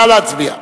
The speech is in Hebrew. נא להצביע.